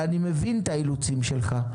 אני מבין את האילוצים שלך,